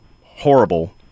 horrible